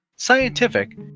scientific